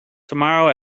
tomorrow